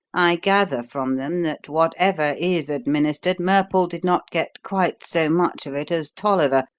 i gather from them that, whatever is administered, murple did not get quite so much of it as tolliver,